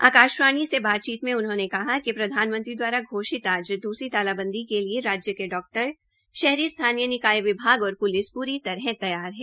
आकाश्वाणी से बातचीत में उनहोंने कहा कि प्रधानमंत्री दवारा घोषित आज दूसरी तालाबंदी के लिए राजय के डाक्टर शहरी स्थानीय निकाय विभाग और प्लिस पूरी तरह तैयार है